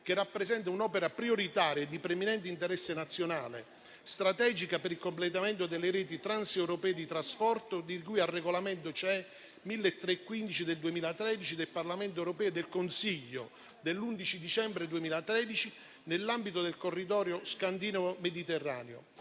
che rappresenta un'opera prioritaria e di preminente interesse nazionale, strategica per il completamento delle reti transeuropee di trasporto, di cui al regolamento europeo n. 1315 del 2013 del Parlamento europeo e del Consiglio dell'11 dicembre 2013, nell'ambito del corridoio scandinavo-mediterraneo.